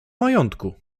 majątku